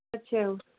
ਅੱਛਾ